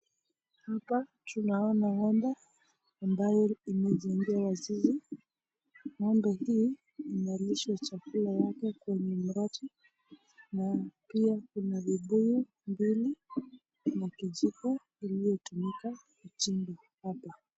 Hapa tunaona ng'ombe ambayo imejengewa zizi, ng'ombe hii inalishwa chakula yake kwenye mabati na pia kuna vibuyu mbili na kijiko iliyotumika kuchimba hapa.